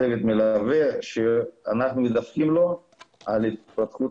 צוות מלווה שאנחנו מדווחים לו על התפתחות